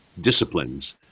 disciplines